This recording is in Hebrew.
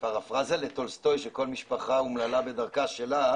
בפרה-פראזה לטולסטוי שכל משפחה אומללה בדרכה שלה,